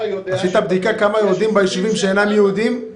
אדוני, חייבים לחלק בין הסוגיה של הפעלת